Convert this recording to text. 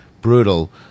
Brutal